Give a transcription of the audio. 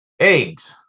Eggs